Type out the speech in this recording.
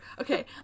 Okay